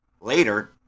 Later